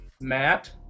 Matt